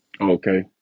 Okay